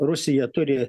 rusija turi